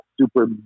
super